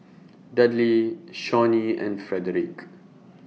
Dudley Shawnee and Frederic